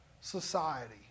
society